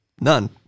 none